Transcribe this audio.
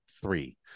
three